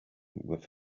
with